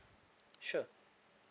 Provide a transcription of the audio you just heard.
sure